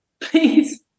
please